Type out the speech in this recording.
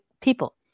people